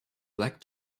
black